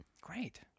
Great